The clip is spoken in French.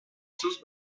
sauce